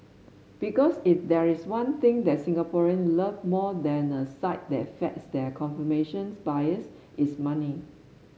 because if there is one thing that Singaporean love more than a site that feeds their confirmations bias it's money